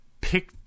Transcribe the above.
pick